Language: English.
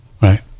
Right